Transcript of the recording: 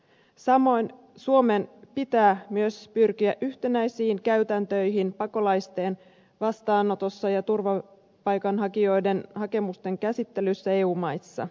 samoin suomen pitää myös pyrkiä yhtenäisiin käytäntöihin pakolaisten vastaanotossa ja turvapaikanhakijoiden hakemusten käsittelyssä eu maissa